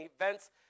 events